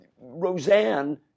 Roseanne